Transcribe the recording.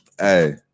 Hey